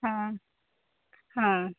ହଁ ହଁ